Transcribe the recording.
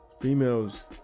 females